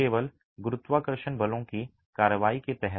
केवल गुरुत्वाकर्षण बलों की कार्रवाई के तहत